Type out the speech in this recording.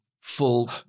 full